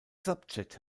subject